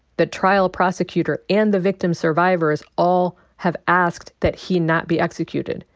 the trial prosecutor and the victim's survivors all have asked that he not be executed.